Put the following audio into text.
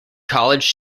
college